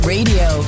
Radio